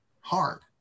hard